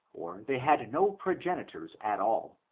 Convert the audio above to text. or they had no progenitors at all.